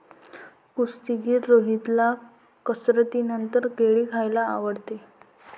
कुस्तीगीर रोहितला कसरतीनंतर केळी खायला आवडतात